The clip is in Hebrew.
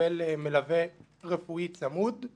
למלווה רפואי צמוד.